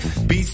Beats